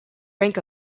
rank